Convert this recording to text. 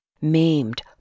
maimed